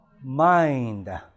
Mind